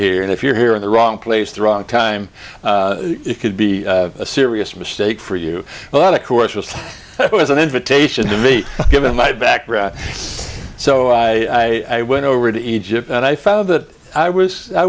here and if you're here in the wrong place the wrong time it could be a serious mistake for you but of course was it was an invitation to me given my background so i went over to egypt and i found that i was i